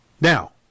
now